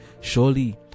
Surely